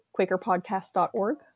quakerpodcast.org